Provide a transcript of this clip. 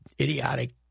idiotic